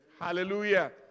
Hallelujah